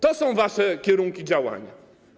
To są wasze kierunki działania.